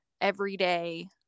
everyday